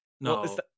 No